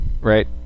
right